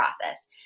process